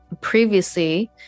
previously